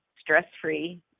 stress-free